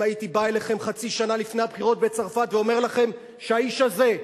אם הייתי בא אליכם חצי שנה לפני הבחירות בצרפת ואומר לכם שהאיש הזה,